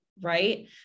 Right